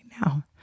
now